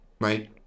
right